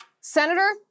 Senator